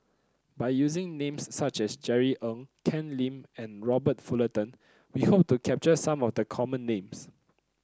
by using names such as Jerry Ng Ken Lim and Robert Fullerton we hope to capture some of the common names